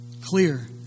clear